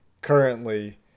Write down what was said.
currently